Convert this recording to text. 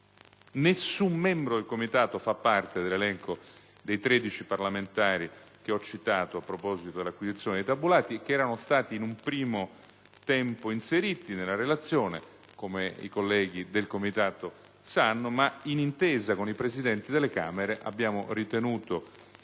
Nessun membro del Comitato fa parte dell'elenco dei tredici parlamentari che ho citato a proposito dell'acquisizione dei tabulati, che erano stati in un primo tempo inseriti nella relazione, come i colleghi del Comitato sanno, ma che, d'intesa con i Presidenti delle Camere, abbiamo ritenuto